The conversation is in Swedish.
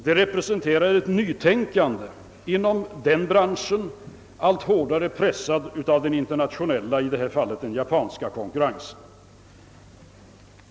Detta representerar ett nytänkande inom denna bransch som blir allt hårdare pressad av den internationella konkurrensen, i detta fall den japanska.